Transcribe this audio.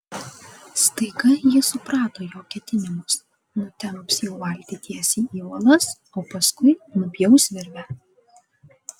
staiga ji suprato jo ketinimus nutemps jų valtį tiesiai į uolas o paskui nupjaus virvę